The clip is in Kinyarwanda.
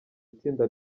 itsinda